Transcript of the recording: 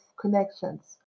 connections